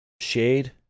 shade